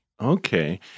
Okay